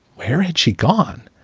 where had she gone?